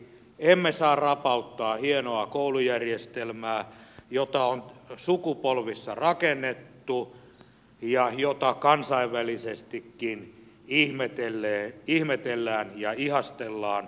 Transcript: emme saa rapauttaa hienoa koulujärjestelmää jota on sukupolvissa rakennettu ja jota kansainvälisestikin ihmetellään ja ihastellaan